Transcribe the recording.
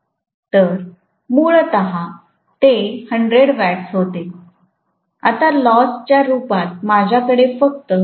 तर मूळत जर ते 100 वॅट्स होते तर आता लॉसच्या रूपात माझ्याकडे फक्त 0